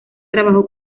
trabajó